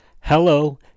Hello